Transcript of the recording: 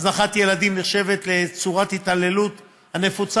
הזנחת ילדים נחשבת לצורת ההתעללות הנפוצה